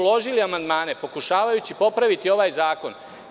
Uložili smo amandmane, pokušavajući popraviti ovaj zakon.